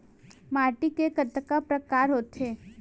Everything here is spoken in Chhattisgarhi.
माटी के कतका प्रकार होथे?